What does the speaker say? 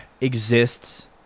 exists